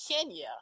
Kenya